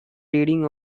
reading